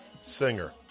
singer